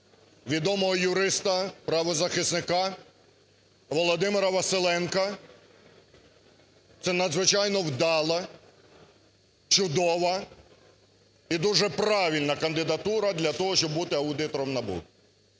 відомого юриста, правозахисника Володимира Василенка – це надзвичайно вдала, чудова і дуже правильна кандидатура для того, щоб бути аудитором НАБУ.